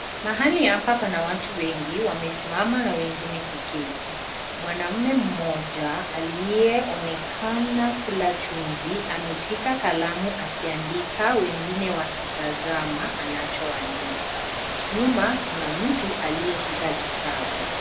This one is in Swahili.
Mahali hapa pana watu wengi wamesimama na wengine kuketi ,mwanamume mmoja aliyeonekana kula chumvi ameshika kalamu akiandika wengine wakitazama anachoandika nyuma kuna mtu aliyeshika kitabu.